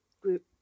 group